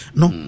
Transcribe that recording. no